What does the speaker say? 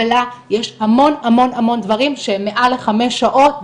יש המון המון דברים שהם מעל לחמש שעות,